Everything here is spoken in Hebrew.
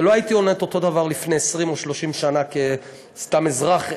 ולא הייתי עונה אותו דבר לפני 20 או 30 שנה כסתם אזרח.